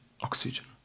oxygen